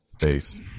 space